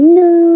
no